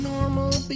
Normal